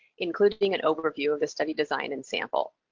including an overview of the study design and sample.